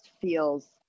feels